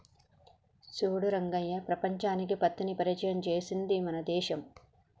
చూడు రంగయ్య ప్రపంచానికి పత్తిని పరిచయం చేసింది మన దేశం